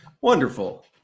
wonderful